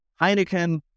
Heineken